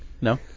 no